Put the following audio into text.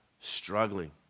struggling